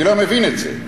אני לא מבין את זה.